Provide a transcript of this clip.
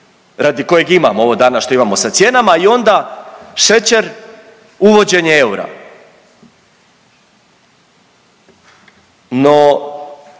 radi kojeg imamo ovo danas što imamo sa cijenama i onda šećer uvođenje eura.